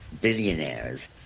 billionaires